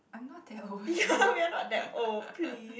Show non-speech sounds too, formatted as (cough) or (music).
I'm not old (laughs)